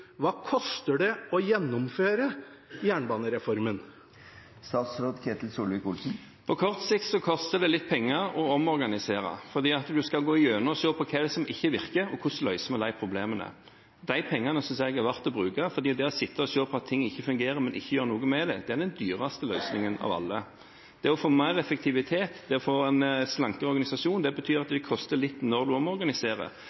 Hva koster det å gjennomføre jernbanereformen? På kort sikt koster det litt penger å omorganisere, fordi en skal gå igjennom og se på hva det er som ikke virker, og på hvordan en løser problemene. De pengene synes jeg det er verdt å bruke, for det å sitte og se på at ting ikke fungerer, men ikke gjøre noe med det, er den dyreste løsningen av alle. Det å få mer effektivitet, det å få en slankere organisasjon betyr at det koster litt når en omorganiserer, og vi har lagt inn i budsjettet at